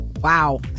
wow